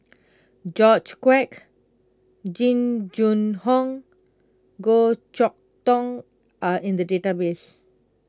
George Quek Jing Jun Hong Goh Chok Tong are in the database